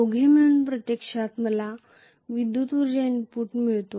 दोघे मिळून प्रत्यक्षात मला विद्युत उर्जा इनपुट मिळतो